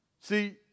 See